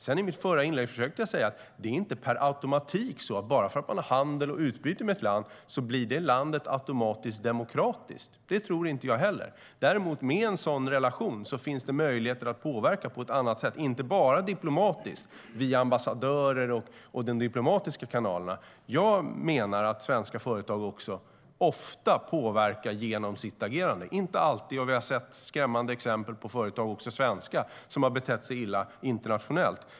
I mitt förra inlägg försökte jag säga att det inte per automatik är så att bara för att man har handel och utbyte med ett land blir det landet automatiskt demokratiskt. Det tror inte heller jag. Men med en sådan relation finns det möjligheter att påverka på ett annat sätt inte bara diplomatiskt via ambassadörer och de diplomatiska kanalerna. Jag menar att svenska företag ofta påverkar genom sitt agerande. Det gör de inte alltid. Vi har sett skrämmande exempel på företag, också svenska, som har betett sig illa internationellt.